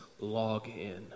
login